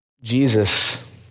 Jesus